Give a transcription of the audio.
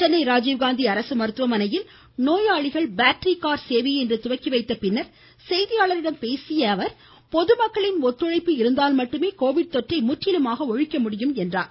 சென்னை ராஜீவ்காந்தி அரசு மருத்துவமனையில் நோயாளிகள் பேட்டரி கார் சேவையைஇன்று துவக்கிவைத்த பின் செய்தியாளர்களிடம் பேசிய அவர் பொதுமக்களின் ஒத்துழைப்பு இருந்தால் மட்டுமே கோவிட் தொற்றை முற்றிலுமாக ஒழிக்க முடியும் என்றார்